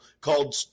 called